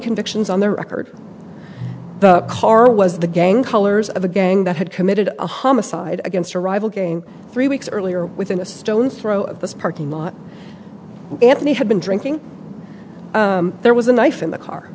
convictions on their record the car was the gang colors of a gang that had committed a homicide against a rival game three weeks earlier within a stone's throw of this parking lot anthony had been drinking there was a knife in the car